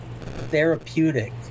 therapeutic